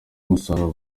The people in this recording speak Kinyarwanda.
umusaruro